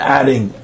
adding